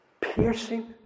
Piercing